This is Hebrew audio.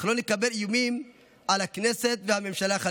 אך חלילה לא נקבל איומים על הכנסת והממשלה.